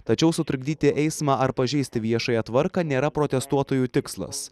tačiau sutrukdyti eismą ar pažeisti viešąją tvarką nėra protestuotojų tikslas